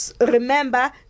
Remember